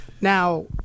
Now